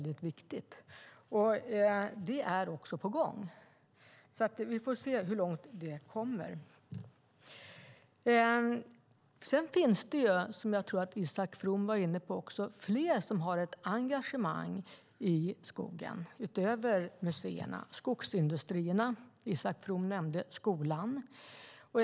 Det är också på gång, och vi får se hur långt det kommer. Jag tror att Isak From var inne på att det finns fler utöver museerna som har ett engagemang i skogen. Det gäller skogsindustrierna och skolan, som Isak From nämnde.